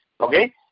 Okay